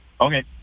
Okay